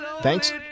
Thanks